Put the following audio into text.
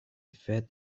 fat